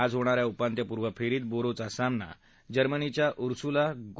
आज होणाऱ्या उपांत्यपूर्व फेरीत बोरोचा सामना जर्मनीच्या उर्सुला गो